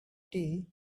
tea